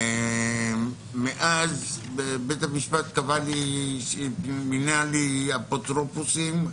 ומאז בית המשפט מינה לי אפוטרופוסים,